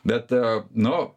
bet nu